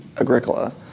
Agricola